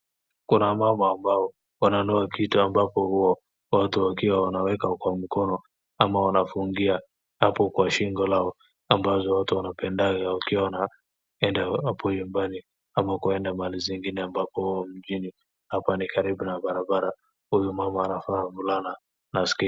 Kuna mama ambao wananunua kitu ambapo huwa watu wakiwa wanaweka kwa mkono ama wanafungia hapo kwa shingo lao, ambazo watu wanapendanga wakiwa wanaenda hapo nyumbani ama kwenda mahali zingine ambapo huwa mjini, hapa ni karibu na barabara. Huyu mama anafaa vulana na sketi.